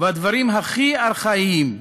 בדברים הכי ארכאיים,